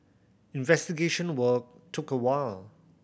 investigation work took a while